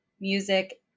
music